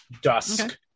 dusk